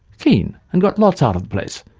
keen, and got lots out of the place.